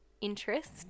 interest